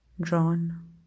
drawn